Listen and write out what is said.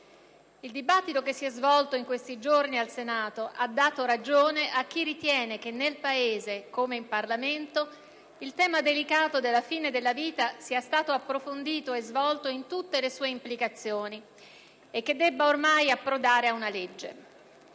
Il dibattito che si è svolto in questi giorni al Senato ha dato ragione a chi ritiene che nel Paese, come in Parlamento, il tema delicato della fine della vita sia stato approfondito e svolto in tutte le sue implicazioni e che debba ormai approdare ad una legge.